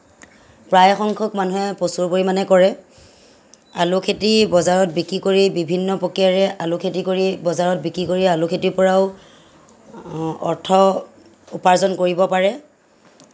প্ৰায় সংখ্যক মানুহে প্ৰচুৰ পৰিমাণে কৰে আলু খেতি বজাৰত বিক্ৰী কৰি বিভিন্ন প্ৰক্ৰিয়াৰে আলু খেতি কৰি বজাৰত বিক্ৰী কৰি আলু খেতিৰ পৰাও অৰ্থ উপাৰ্জন কৰিব পৰে